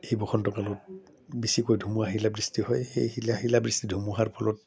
এই বসন্ত কালত বেছিকৈ ধুমুহা আহিলে বৃষ্টি হয় সেই শিলা শিলাবৃষ্টি ধুমুহাৰ ফলত